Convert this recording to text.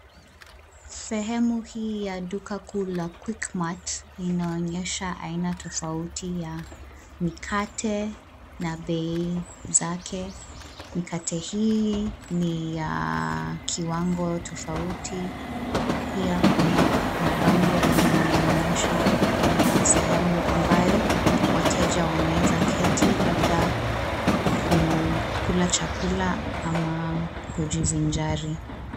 Sehemu hii ya duka kuu la Quick Mart, inaonyesha aina tofauti ya, mikate, na bei, zake. Mikate hii, ni ya kiwango tofauti, pia kuna mabango yanayaoonyesha, kuna sehemu ambayo, wateja wanaezaketi labda, kukula chakula, ama, kujivinjari.